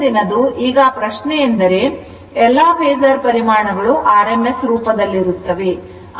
ಮುಂದಿನದು ಈಗ ಪ್ರಶ್ನೆಯೆಂದರೆ ಎಲ್ಲಾ ಫೇಸರ್ ಪರಿಮಾಣಗಳು rms ರೂಪದಲ್ಲಿರುತ್ತವೆ